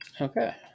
Okay